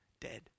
dead